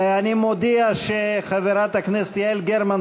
אני מודיע שחברת הכנסת יעל גרמן,